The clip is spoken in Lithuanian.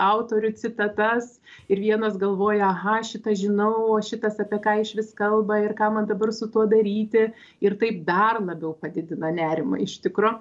autorių citatas ir vienas galvoja aha šitą žinau o šitas apie ką išvis kalba ir ką man dabar su tuo daryti ir taip dar labiau padidina nerimą iš tikro